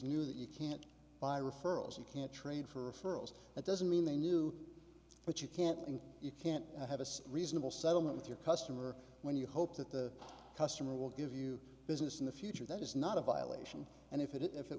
knew that you can't buy referrals you can't trade for referrals that doesn't mean they knew but you can't and you can't have a reasonable settlement with your customer when you hope that the customer will give you business in the future that is not a violation and if it if it